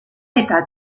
eta